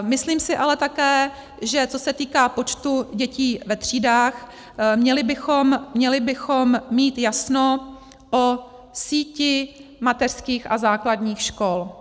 Myslím si ale také, že co se týká počtu dětí ve třídách, měli bychom mít jasno o síti mateřských a základních škol.